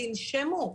תנשמו.